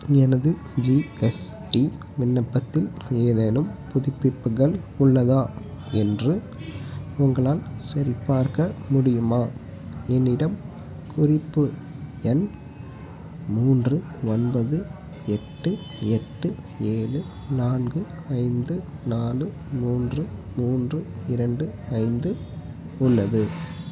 எனது ஜிஎஸ்டி விண்ணப்பத்தில் ஏதேனும் புதுப்பிப்புகள் உள்ளதா என்று உங்களால் சரிபார்க்க முடியுமா என்னிடம் குறிப்பு எண் மூன்று ஒன்பது எட்டு எட்டு ஏழு நான்கு ஐந்து நாலு மூன்று மூன்று இரண்டு ஐந்து உள்ளது